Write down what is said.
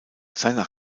seine